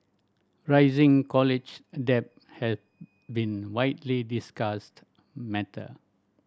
rising college debt has been widely discussed matter